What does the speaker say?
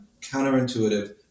counterintuitive